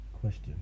question